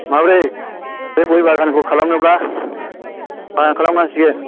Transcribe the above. माब्रै बे गय बागानखौ खालामनोब्ला मा खालामनांसिगोन